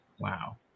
Wow